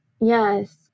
yes